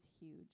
huge